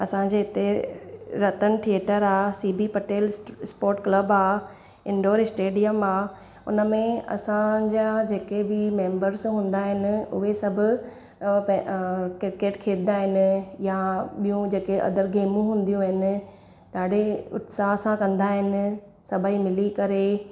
असांजे हिते रतन थिएटर आहे C B Patel sport club आहे इंडोर स्टेडियम आहे उनमें असांजा जेके बि मैम्बर्स हूंदा आहिनि उहे सभु अ प अ क्रिकेट खेॾंदा आहिनि या ॿियूं जेके अदर गेमियूं हूंदियूं आहिनि ॾाढे उत्साह सां कंदा आहिनि सभई मिली करे